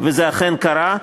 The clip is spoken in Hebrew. וזה אכן קרה.